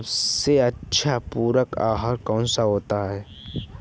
सबसे अच्छा पूरक आहार कौन सा होता है?